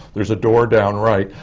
there's a door down right.